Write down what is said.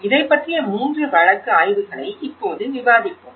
இதைப்பற்றிய மூன்று வழக்கு ஆய்வுகளை இப்போது விவாதிப்போம்